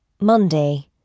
Monday